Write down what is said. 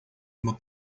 uma